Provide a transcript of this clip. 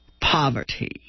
poverty